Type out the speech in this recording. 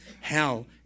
hell